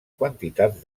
quantitats